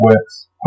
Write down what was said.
Works